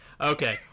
Okay